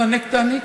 "הענק תעניק",